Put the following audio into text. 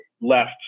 left